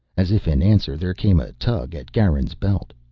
as if in answer, there came a tug at garin's belt.